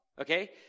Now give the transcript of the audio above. okay